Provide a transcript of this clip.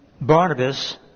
Barnabas